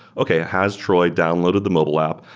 okay. has troy downloaded the mobile app?